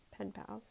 penpals